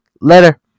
Later